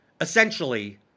essentially